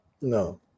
No